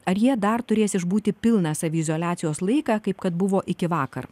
ar jie dar turės išbūti pilną saviizoliacijos laiką kaip kad buvo iki vakar